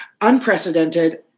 Unprecedented